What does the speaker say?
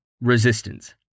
Resistance